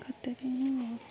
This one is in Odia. ଖତରେ